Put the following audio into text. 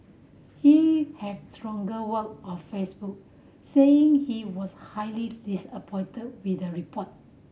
he had stronger word on Facebook saying he was highly disappointed with the report